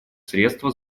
средства